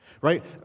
right